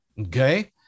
Okay